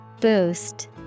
Boost